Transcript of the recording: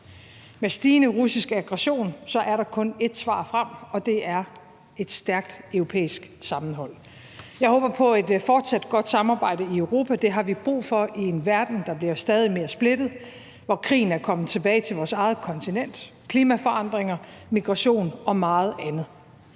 Med stigende russisk aggression er der kun ét svar, og det er et stærkt europæisk sammenhold. Jeg håber på et fortsat godt samarbejde i Europa. Det har vi brug for i en verden, der bliver stadig mere splittet, hvor krigen er kommet tilbage til vores eget kontinent. Der er klimaforandringer, migration og meget andet.